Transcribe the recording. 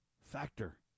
factor